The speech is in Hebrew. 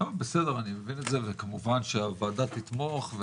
בסדר, אני מבין את זה, וכמובן שהוועדה תתמוך.